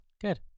good